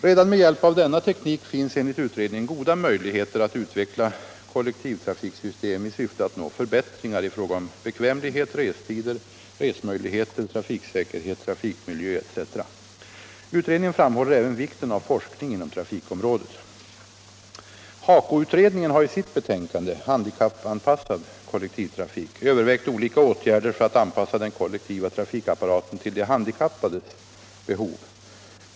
Redan med hjälp av denna teknik finns — enligt utredningen — goda möjligheter att utveckla kollektivtrafiksystem i syfte att nå förbättringar i fråga om bekvämlighet, restider, resmöjligheter, trafiksäkerhet, trafikmiljö etc. Utredningen framhåller även vikten av forskning inom trafikområdet. HAKO-utredningen har i sitt betänkande, Handikappanpassad kollektivtrafik, övervägt olika åtgärder för att anpassa den kollektiva trafikapparaten till de handikappades behov.